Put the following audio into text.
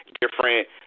different